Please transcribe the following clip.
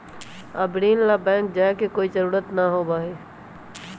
अब ऋण ला बैंक जाय के कोई जरुरत ना होबा हई